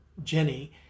Jenny